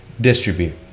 distribute